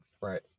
Right